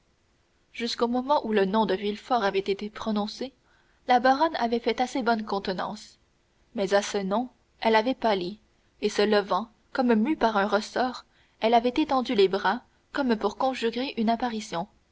jusqu'au moment où le nom de villefort avait été prononcé la baronne avait fait assez bonne contenance mais à ce nom elle avait pâli et se levant comme mue par un ressort elle avait étendu les bras comme pour conjurer une apparition